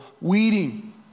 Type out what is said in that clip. Weeding